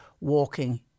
walking